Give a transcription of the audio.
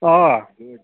آ